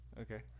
Okay